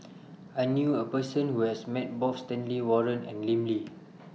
I knew A Person Who has Met Both Stanley Warren and Lim Lee